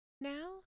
now